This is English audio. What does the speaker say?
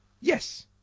yes